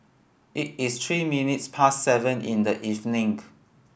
it is three minutes past seven in the evening